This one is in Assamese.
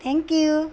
thank U